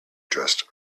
dressed